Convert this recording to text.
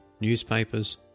newspapers